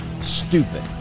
stupid